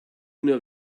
nur